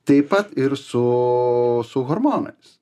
taip pat ir su su hormonais